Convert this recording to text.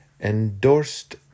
endorsed